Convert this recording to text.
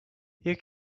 you